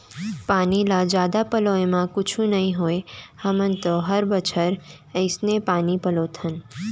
पानी ल जादा पलोय म कुछु नइ होवय हमन तो हर बछर अइसने पानी पलोथन